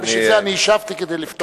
בשביל זה אני השבתי, כדי לפטור אותך.